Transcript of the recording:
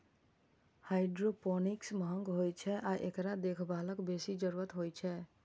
hydroponics महंग होइ छै आ एकरा देखभालक बेसी जरूरत होइ छै